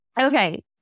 okay